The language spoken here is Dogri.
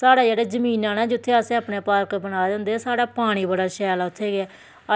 साढ़ै जेह्ड़े जमीनां नै जित्थें असैं अपने पार्क बनाए दे होंदे साढ़ै पानी बड़ा शैल ऐ उत्थें गै